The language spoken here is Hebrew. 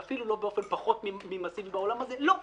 ואפילו לא באופן פחות ממסיבי בעולם הזה לא,